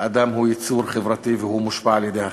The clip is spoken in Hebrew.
האדם הוא יצור חברתי והוא מושפע מהחברה.